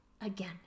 again